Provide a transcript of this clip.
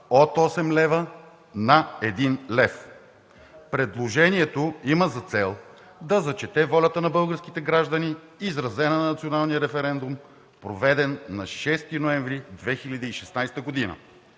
от 8 лв. на 1 лв. Предложението има за цел да зачете волята на българските граждани, изразена на националния референдум, произведен на 6 ноември 2016 г.